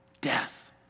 death